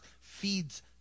feeds